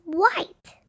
white